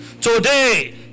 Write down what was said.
Today